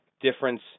difference